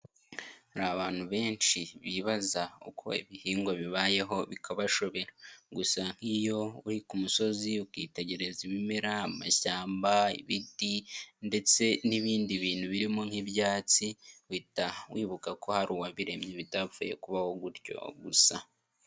Hari abantu benshi bibaza uko ibihingwa bibayeho bikabashobera, gusa nk'iyo uri ku musozi ukitegereza ibimera, amashyamba, ibiti ndetse n'ibindi bintu birimo nk'ibyatsi, uhita wibuka ko hari uwabiremye bitapfuye kubaho gutyo gusa.